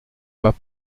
pas